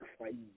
crazy